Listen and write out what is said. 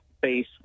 base